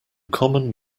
common